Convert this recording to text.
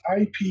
ip